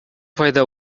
пайда